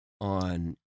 on